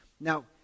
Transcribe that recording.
Now